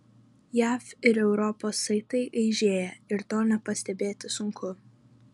jav ir europos saitai aižėja ir to nepastebėti sunku